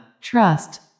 trust